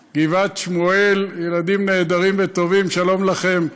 בגבעת-שמואל: ילדים נהדרים וטובים, שלום לכם.